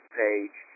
page